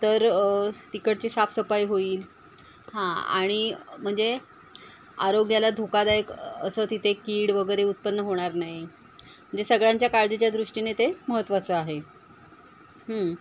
तर तिकडची साफसफाई होईल हां आणि म्हणजे आरोग्याला धोकादायक असं तिथे कीड वगैरे उत्पन्न होणार नाही म्हणजे सगळ्यांच्या काळजीच्या दृष्टीने ते महत्त्वाचं आहे